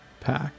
pack